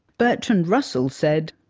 bertrand russell said,